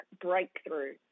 breakthrough